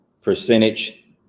percentage